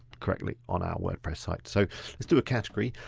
correctly on our wordpress site. so let's do a category.